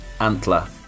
Antler